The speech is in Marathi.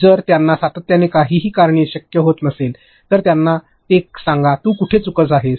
जर त्यांना सातत्याने काहीही करणे शक्य होत नसेल तर त्यांना का ते सांगा तू कुठे चुकत आहेस